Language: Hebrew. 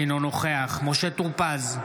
אינו נוכח משה טור פז,